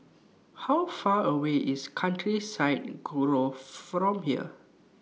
How Far away IS Countryside Grove from here